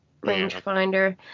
rangefinder